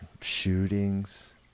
shootings